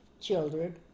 children